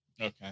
Okay